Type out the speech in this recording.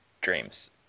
dreams